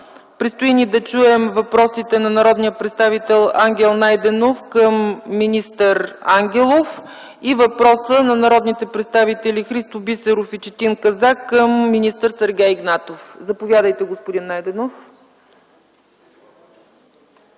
предстои да чуем въпросите на народния представител Ангел Найденов към министър Ангелов и въпроса на народните представители Христо Бисеров и Четин Казак към министър Сергей Игнатов. Заповядайте, господин Найденов.